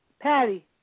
Patty